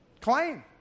claim